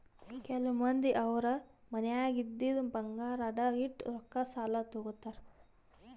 ಕೆಲವ್ ಮಂದಿ ಅವ್ರ್ ಮನ್ಯಾಗ್ ಇದ್ದಿದ್ ಬಂಗಾರ್ ಅಡ ಇಟ್ಟು ರೊಕ್ಕಾ ಸಾಲ ತಗೋತಾರ್